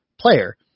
player